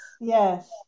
yes